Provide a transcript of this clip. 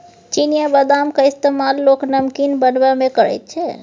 चिनियाबदामक इस्तेमाल लोक नमकीन बनेबामे करैत छै